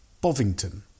Bovington